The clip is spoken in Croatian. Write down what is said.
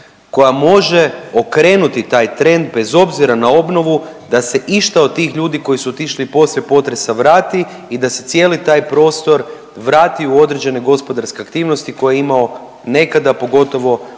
koja može okrenuti taj trend bez obzira na obnovu da se išta od tih ljudi koji su otišli poslije potresa vrati i da se cijeli taj prostor vrati u određene gospodarske aktivnosti koje je imao nekada, pogotovo